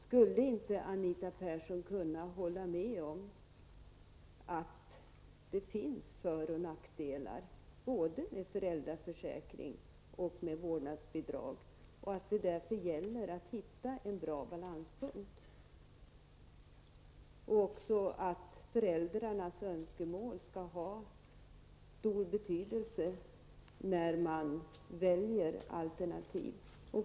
Skulle inte Anita Persson kunna hålla med om att det finns för och nackdelar både med föräldraförsäkring och vårdnadsbidrag och att det därför gäller att hitta en bra balansgång samt att föräldrarnas önskemål skall ha stor betydelse när man väljer alternativ.